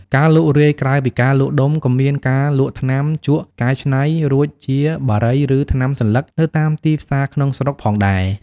ការលក់រាយ ក្រៅពីការលក់ដុំ ក៏មានការលក់ថ្នាំជក់កែច្នៃរួចជាបារីឬថ្នាំសន្លឹកនៅតាមទីផ្សារក្នុងស្រុកផងដែរ។